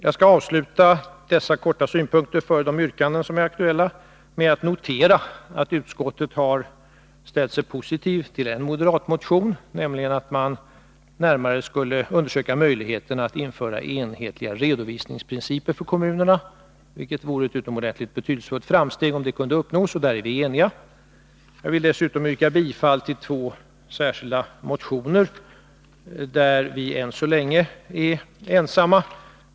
Jag skall avsluta dessa kortfattade synpunkter före de yrkanden som är aktuella med att notera att utskottet har ställt sig positivt till en moderat motion, nämligen den om att man närmare skulle undersöka möjligheterna att införa enhetliga redovisningsprinciper för kommunerna. Det vore ett utomordentligt betydelsefullt framsteg om det kunde uppnås. Där är vi eniga. Jag vill dessutom yrka bifall till två särskilda motioner där vi än så länge är ensamma.